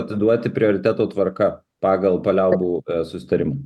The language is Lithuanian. atiduoti prioriteto tvarka pagal paliaubų susitarimą